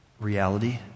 reality